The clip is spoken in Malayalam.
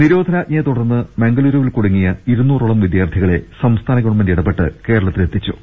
നിരോധനാജ്ഞയെത്തുടർന്ന് മംഗളുരുവിൽ കുടുങ്ങിയ ഇരുനൂ റോളം വിദ്യാർഥികളെ സംസ്ഥാന ഗവൺമെന്റ് ഇടപെട്ട് കേരളത്തി ലെത്തിച്ചു